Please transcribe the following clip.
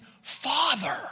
father